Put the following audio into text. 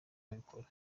babikora